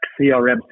CRM